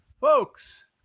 folks